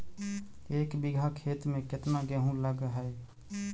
एक बिघा खेत में केतना गेहूं लग है?